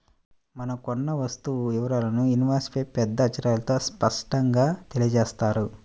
మనం కొన్న వస్తువు వివరాలను ఇన్వాయిస్పై పెద్ద అక్షరాలతో స్పష్టంగా తెలియజేత్తారు